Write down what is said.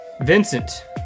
Vincent